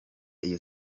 iyo